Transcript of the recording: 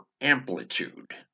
amplitude